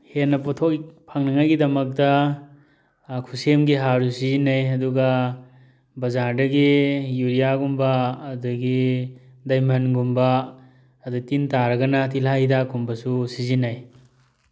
ꯍꯦꯟꯅ ꯄꯣꯊꯣꯛ ꯐꯪꯅꯤꯡꯉꯥꯏꯒꯤꯗꯃꯛꯇ ꯈꯨꯠꯁꯦꯝꯒꯤ ꯍꯥꯔꯁꯨ ꯁꯤꯖꯤꯟꯅꯩ ꯑꯗꯨꯒ ꯕꯖꯥꯔꯗꯒꯤ ꯌꯨꯔꯤꯌꯥꯒꯨꯝꯕ ꯑꯗꯒꯤ ꯗꯥꯏꯃꯟꯒꯨꯝꯕ ꯑꯗ ꯇꯤꯟ ꯇꯥꯔꯒꯅ ꯇꯤꯜꯍꯥꯠ ꯍꯤꯗꯥꯛꯀꯨꯝꯕꯁꯨ ꯁꯤꯖꯤꯟꯅꯩ